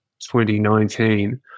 2019